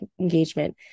engagement